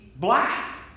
Black